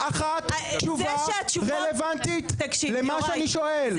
קיבלתי תשובה אחת רלוונטית למה שאני שואל.